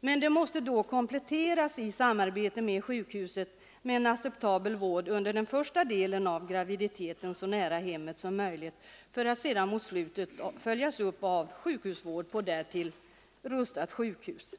Då krävs det en komplettering i samarbete med sjukhuset, så att en acceptabel vård under den första delen av graviditeten kan ges så nära hemmet som möjligt för att sedan mot slutet följas upp av sjukhusvård på därtill rustat sjukhus.